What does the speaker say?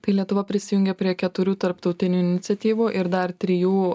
tai lietuva prisijungė prie keturių tarptautinių iniciatyvų ir dar trijų